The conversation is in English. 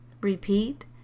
Repeat